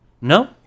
no